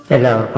Hello